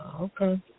okay